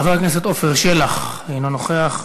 חבר הכנסת עפר שלח, אינו נוכח.